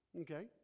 okay